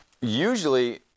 Usually